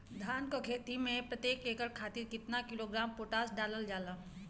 धान क खेती में प्रत्येक एकड़ खातिर कितना किलोग्राम पोटाश डालल जाला?